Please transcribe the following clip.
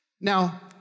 Now